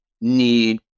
need